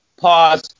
pause